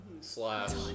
slash